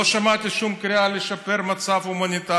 לא שמעתי שם שום קריאה לשפר מצב הומניטרי,